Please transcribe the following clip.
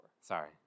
Sorry